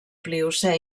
pliocè